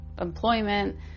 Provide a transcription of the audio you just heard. employment